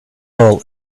all